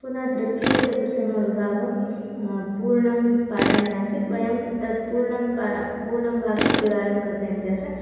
पुनः तृतीयचतुर्थं विभागं पूर्णं पाठयन् आसीत् वयं तत् पूर्णं पा पूर्णं भागं त्रिवारं कथयन्त्यासन्